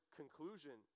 conclusion